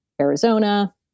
Arizona